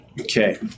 okay